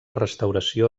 restauració